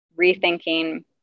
rethinking